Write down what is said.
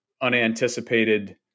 unanticipated